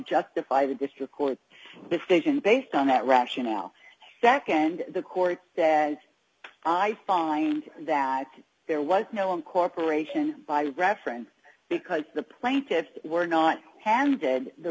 justify the district court decision based on that rationale nd the court said i find that there was no incorporation by reference because the plaintiffs were not handed the